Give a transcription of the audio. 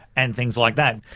and things like that.